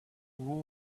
who